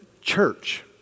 church